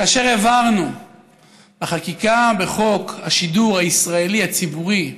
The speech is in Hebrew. כאשר העברנו בחקיקה את חוק השידור הישראלי הציבורי,